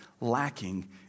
lacking